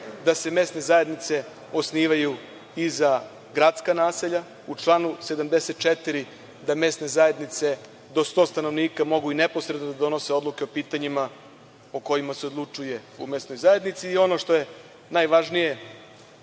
da se mesne zajednice osnivaju i za gradska naselja. U članu 74. da mesne zajednice do 100 stanovnika mogu neposredno da donose odluke o pitanjima o kojima se odlučuje u mesnoj zajednici. Ono što je najvažnije,